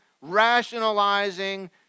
rationalizing